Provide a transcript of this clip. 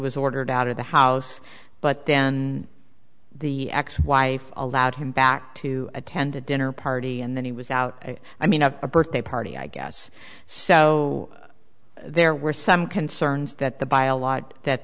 was ordered out of the house but then the ex wife allowed him back to attend a dinner party and then he was out i mean a birthday party i guess so there were some concerns that the